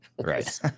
Right